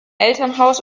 elternhaus